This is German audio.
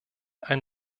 ein